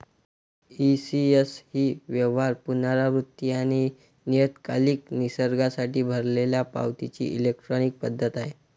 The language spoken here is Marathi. ई.सी.एस ही व्यवहार, पुनरावृत्ती आणि नियतकालिक निसर्गासाठी भरलेल्या पावतीची इलेक्ट्रॉनिक पद्धत आहे